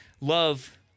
love